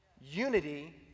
Unity